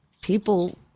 people